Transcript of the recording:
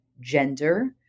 gender